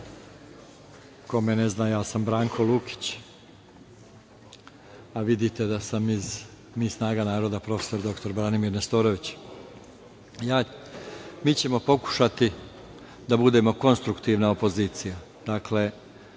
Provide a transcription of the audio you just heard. ko mene zna, ja sam Branko Lukić, a vidite da sam iz "Mi, snaga naroda - Profesor doktor Branimir Nestorović".Mi ćemo pokušati da budemo konstruktivna opozicija.